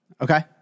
Okay